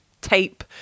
tape